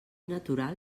natural